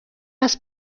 است